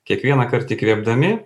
kiekvienąkart įkvėpdami